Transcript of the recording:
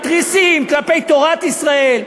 מתריסים כלפי תורת ישראל,